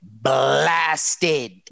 blasted